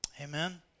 Amen